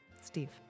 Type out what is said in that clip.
Steve